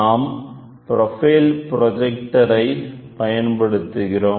நாம் profile projector ஐ பயன்படுத்துகிறோம்